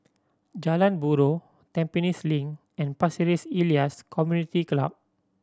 Jalan Buroh Tampines Link and Pasir Ris Elias Community Club